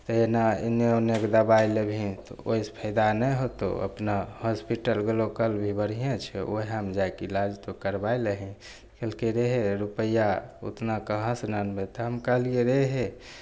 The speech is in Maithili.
तऽ एना एन्ने ओन्नेके दवाइ लेबही तऽ ओहिसे फायदा नहि होतौ अपना हॉसपिटल लोकल भी बढ़िएँ छै वएहमे जाके इलाज करबै लेहि कहलकै रे हे रुपैआ ओतना कहाँसे आनबै तऽ हम कहलिए रे हे